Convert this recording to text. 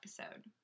episode